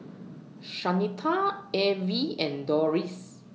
Shanita Evie and Doris